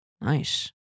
Nice